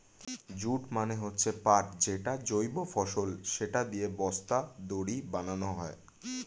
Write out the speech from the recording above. jute মানে হচ্ছে পাট যেটা জৈব ফসল, সেটা দিয়ে বস্তা, দড়ি বানানো হয়